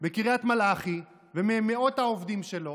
בקריית מלאכי וממאות העובדים שלו,